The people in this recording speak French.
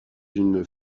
une